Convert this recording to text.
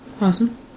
Awesome